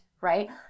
right